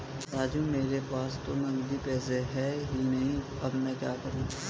राजू मेरे पास तो नगदी पैसे है ही नहीं अब मैं क्या करूं